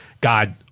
God